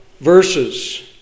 verses